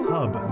Hub